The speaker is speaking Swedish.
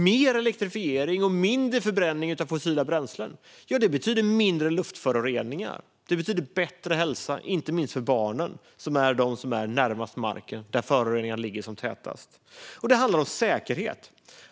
Mer elektrifiering och mindre förbränning av fossila bränslen betyder mindre luftföroreningar. Och det betyder bättre hälsa, inte minst för barnen, som är närmast marken där föroreningarna ligger som tätast. Det handlar också om säkerhet.